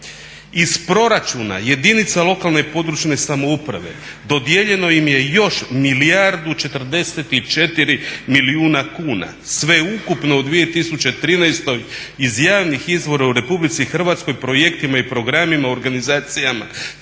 Iz proračuna jedinica lokalne i područne samouprave dodijeljeno im je još milijardu i 44 milijuna kuna. Sveukupno u 2013. iz javnih izvora u RH projektima i programima u organizacijama